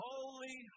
Holy